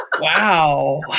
Wow